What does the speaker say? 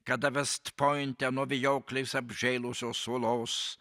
kada vest pointe nuo vijokliais apžėlusios uolos